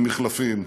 במחלפים,